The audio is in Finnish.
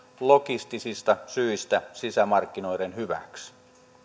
logistisista syistä sisämarkkinoiden hyväksi